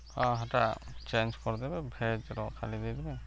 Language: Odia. ହଁ ହେଟା ଚେଞ୍ଜ୍ କରିଦେବେ ଭେଜ୍ର ଖାଲି ଦେଇଦେବେ